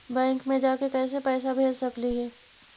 Bank मे जाके कैसे पैसा भेज सकली हे?